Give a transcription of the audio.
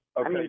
Okay